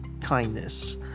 kindness